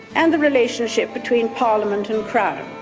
and the relationship between parliament and crown.